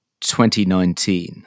2019